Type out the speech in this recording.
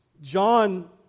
John